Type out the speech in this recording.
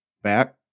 back